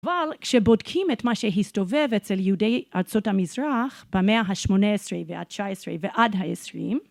אבל כשבודקים את מה שהסתובב אצל יהודי ארצות המזרח במאה השמונה עשרה והתשע עשרה ועד העשרים